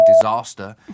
disaster